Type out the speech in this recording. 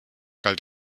galt